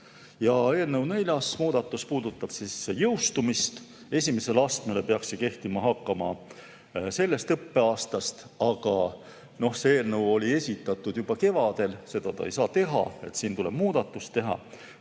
Eelnõu neljas muudatus puudutab jõustumist. Esimesele astmele peaks kehtima hakkama sellest õppeaastast – kuna see eelnõu esitati juba kevadel, siis seda ta ei saa teha, siin tuleb muudatus teha